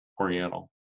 Oriental